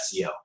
SEO